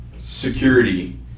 security